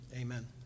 Amen